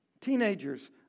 teenagers